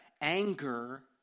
anger